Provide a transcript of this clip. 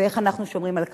ואיך אנחנו שומרים על כך.